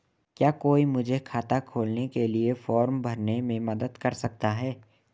क्या कोई मुझे खाता खोलने के लिए फॉर्म भरने में मदद कर सकता है?